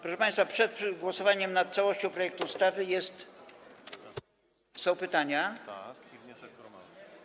Proszę państwa, przed głosowaniem nad całością projektu ustawy będą pytania i wniosek formalny.